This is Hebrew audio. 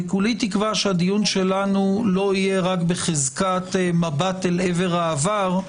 כולי תקווה שהדיון שלנו לא יהיה רק בחזקת מבט אל עבר העבר,